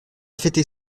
fêter